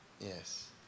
Yes